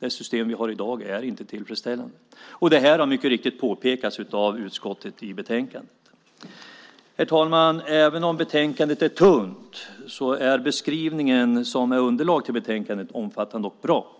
Det system vi har i dag är inte tillfredsställande. Det här har mycket riktigt påpekats av utskottet i betänkandet. Herr talman! Även om betänkandet är tunt är beskrivningen som är underlag till betänkandet omfattande och bra.